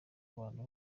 abantu